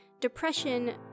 depression